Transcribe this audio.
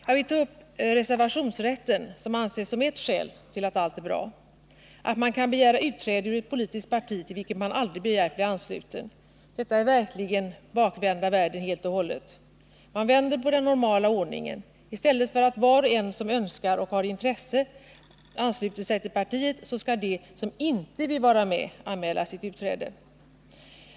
Jag vill ta upp reservationsrätten, som anses som ett skäl till att allt är bra— att man kan begära utträde ur ett politiskt parti, till vilket man aldrig begärt att bli ansluten. Detta är verkligen bakvända världen helt och hållet. Man vänder på den normala ordningen. I stället för att var och en som önskar och har intresse ansluter sig till partiet, så skall de som inte vill vara med anmäla sitt utträde!